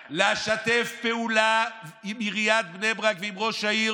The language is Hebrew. לשתף פעולה עם עיריית בני ברק ועם ראש העיר,